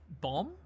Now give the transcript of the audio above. bomb